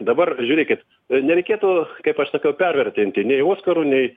dabar žiūrėkit nereikėtų kaip aš sakiau pervertinti nei oskarų nei